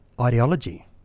ideology